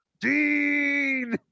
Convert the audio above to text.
Dean